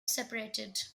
separated